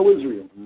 Israel